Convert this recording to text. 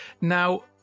now